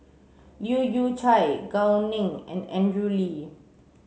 Leu Yew Chye Gao Ning and Andrew Lee